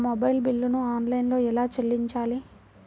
నా మొబైల్ బిల్లును ఆన్లైన్లో ఎలా చెల్లించాలి?